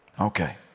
Okay